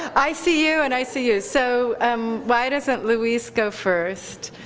i see you and i see you. so um why doesn't louise go first,